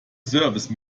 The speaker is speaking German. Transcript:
service